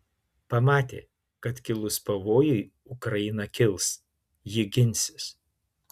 pamatė kad kilus pavojui ukraina kils ji ginsis